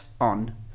on